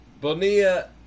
Bonilla